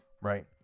Right